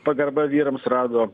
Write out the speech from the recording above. pagarba vyrams rado